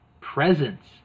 presents